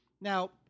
Now